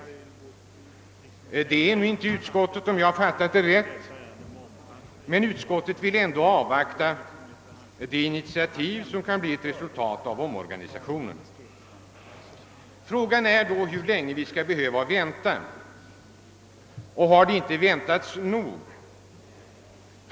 Utskottet är nu inte det, om jag fattat dess inställning rätt, men utskottet vill ändå avvakta de initiativ som kan bli ett resultat av omorganisationen. Frågan är då hur länge vi skall behöva vänta. Har det inte väntats nog?